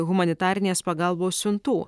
humanitarinės pagalbos siuntų